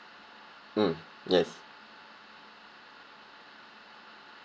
mm yes